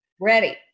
Ready